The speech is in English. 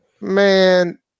Man